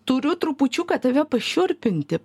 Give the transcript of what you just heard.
turiu trupučiuką tave pašiurpinti